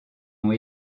ont